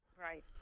right